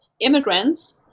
immigrants